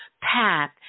path